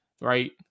right